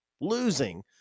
losing